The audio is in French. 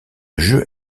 jeu